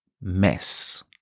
mess